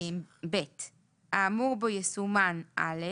האמור בו יסומן "(א)",